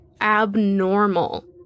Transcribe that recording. Abnormal